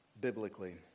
Biblically